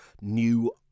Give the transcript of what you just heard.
new